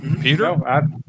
Peter